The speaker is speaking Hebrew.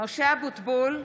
משה אבוטבול,